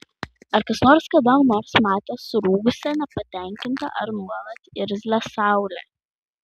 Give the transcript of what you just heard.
ar kas nors kada nors matė surūgusią nepatenkintą ar nuolat irzlią saulę